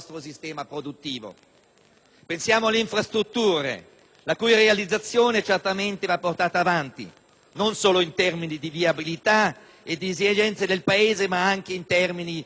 Pensiamo alle infrastrutture, la cui realizzazione va certamente portata avanti non solo in termini di viabilità ed esigenze del Paese ma anche in termini economici.